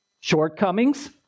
shortcomings